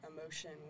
emotion